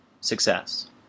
success